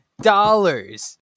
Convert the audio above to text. dollars